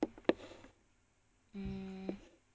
mm